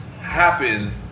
happen